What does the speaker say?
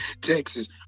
Texas